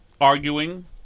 arguing